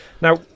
Now